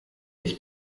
ich